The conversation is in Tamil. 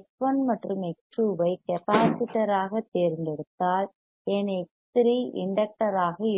X1 மற்றும் X2 ஐ கெப்பாசிட்டர்யாகத் தேர்ந்தெடுத்தால் என் X3 இண்டக்டர் ஆக இருக்கும்